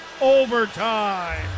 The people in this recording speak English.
overtime